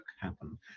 happen